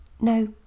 No